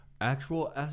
Actual